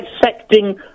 dissecting